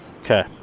Okay